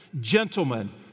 gentlemen